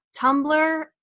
Tumblr